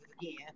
again